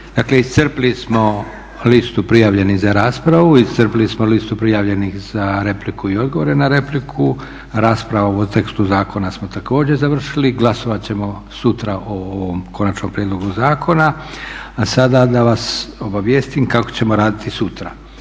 iscrpili smo listu prijavljenih za raspravu. Iscrpili smo listu prijavljenih za repliku i odgovore na repliku. Raspravu o tekstu zakona samo također završili. Glasovat ćemo sutra o ovom konačnom prijedlogu zakona. A sada da vas obavijestim kako ćemo raditi sutra.